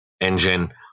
engine